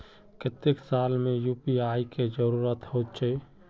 केते साल में यु.पी.आई के जरुरत होचे?